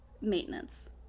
maintenance